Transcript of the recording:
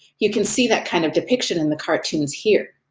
you can see that kind of depiction in the cartoons here.